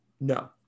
no